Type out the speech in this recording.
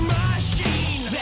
machine